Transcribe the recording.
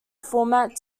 format